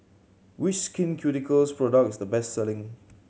which Skin Ceuticals product is the best selling